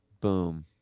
Boom